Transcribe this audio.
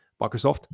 Microsoft